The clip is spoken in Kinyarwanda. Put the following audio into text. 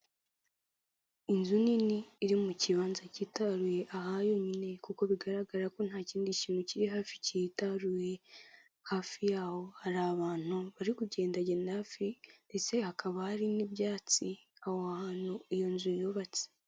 Inzu nini iri mu kibanza cyitaruye ahayonyine, kuko bigaragara ko nta kindi kintu kiri hafi kitaruye, hafi yaho hari abantu bari kugendagenda hafi, ndetse hakaba hari n'ibyatsi, aho hantu iyo nzu yubatse.